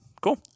cool